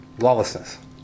Lawlessness